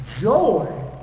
Joy